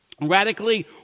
Radically